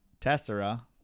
tessera